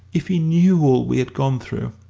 if he knew all we have gone through!